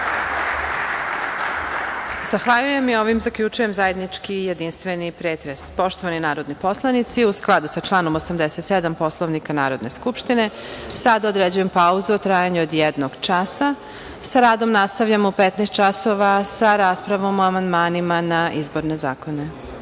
Zahvaljujem. Ovim zaključujem zajednički jedinstveni pretres. Poštovani narodni poslanici, u skladu sa članom 87. Poslovnika Narodne skupštine, sada određujem pauzu u trajanju od jednog časa. Sa radom nastavljamo u 15.00 časova sa raspravom o amandmanima na izborne zakone.(Posle